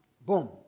boom